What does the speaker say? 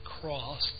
cross